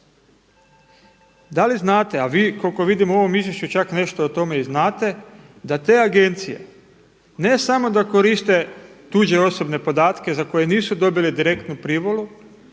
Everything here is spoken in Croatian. Da li znate a vi, koliko vidim u ovom izvješću čak nešto o tome i znate da te agencije ne samo da koriste tuđe osobne podatke za koje nisu dobili direktnu privolu,